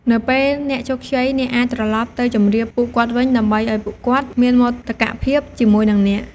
នៅពេលអ្នកជោគជ័យ អ្នកអាចត្រឡប់ទៅជម្រាបពួកគាត់វិញ ដើម្បីឲ្យពួកគាត់មានមោទកភាពជាមួយនឹងអ្នក។